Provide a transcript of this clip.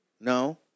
No